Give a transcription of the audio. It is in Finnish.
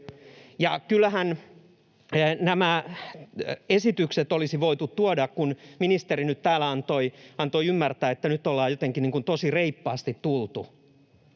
Ja kyllähän nämä esitykset olisi voitu tuoda — ministeri nyt täällä antoi ymmärtää, että nyt ollaan jotenkin niin kuin tosi reippaasti tultu.